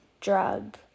drug